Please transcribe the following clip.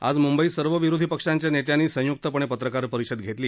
आज मुंबईत सर्व विरोधी पक्षांच्या नेत्यांनी संयुकपणे पत्रकार परिषद घेतली